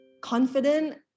confident